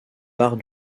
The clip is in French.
part